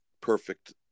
perfect